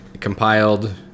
compiled